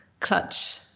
clutch